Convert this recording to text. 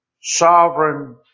sovereign